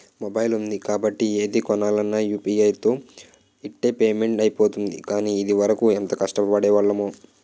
mobile ఉంది కాబట్టి ఏది కొనాలన్నా యూ.పి.ఐ తో ఇట్టే పేమెంట్ అయిపోతోంది కానీ, ఇదివరకు ఎంత కష్టపడేవాళ్లమో